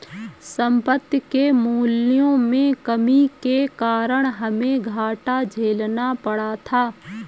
संपत्ति के मूल्यों में कमी के कारण हमे घाटा झेलना पड़ा था